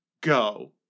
Go